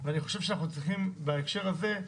בהקשר הזה,